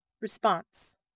Response